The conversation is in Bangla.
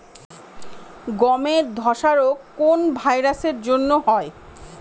গমের ধসা রোগ কোন ভাইরাস এর জন্য হয়?